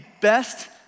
best